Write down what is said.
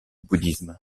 bouddhisme